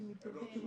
הם לא קשורים.